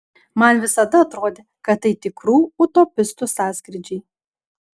man visada atrodė kad tai tikrų utopistų sąskrydžiai